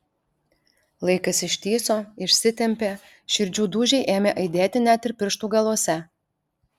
laikas ištįso išsitempė širdžių dūžiai ėmė aidėti net ir pirštų galuose